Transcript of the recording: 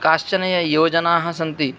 काश्चन य योजनाः सन्ति